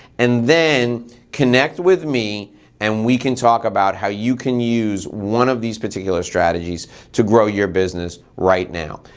and then connect with me and we can talk about how you can use one of these particular strategies to grow your business right now.